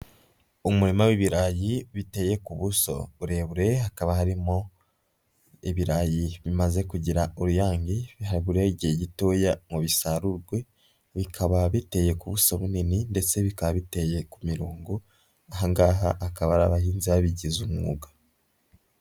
Umurima w'ibirayi biteye ku buso burebure. Hakaba harimo ibirayi bimaze kugira uruyange. Harabura igihe gitoya ngo bisarurwe. Bikaba biteye ku buso bunini ndetse bikaba biteye ku mirongo. Aha ngaha akaba ari abahinzi babigize umwuga.